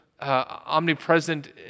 Omnipresent